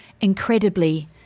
incredibly